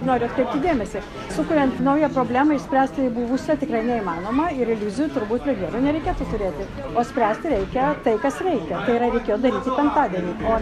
noriu atkreipti dėmesį sukuriant naują problemą išspręsti buvusią tikrai neįmanoma ir iliuzijų turbūt nereikėtų turėti o spręsti reikia tai kas reikia tai yra reikėjo daryti penktadienį o